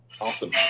Awesome